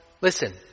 listen